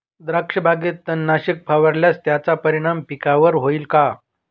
द्राक्षबागेत तणनाशक फवारल्यास त्याचा परिणाम पिकावर होईल का?